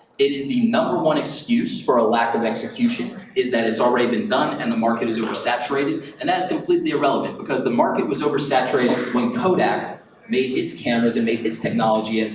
it is the number-one excuse for a lack of execution, is that it's already been done and the market is over-saturated, and that's completely irrelevant, because the market was over saturated when kodak made its cameras and made its technology. and